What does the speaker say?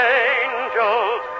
angels